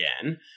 again